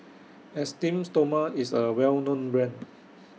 Esteem Stoma IS A Well known Brand